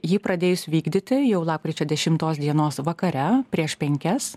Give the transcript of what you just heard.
jį pradėjus vykdyti jau lapkričio dešimtos dienos vakare prieš penkias